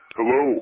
Hello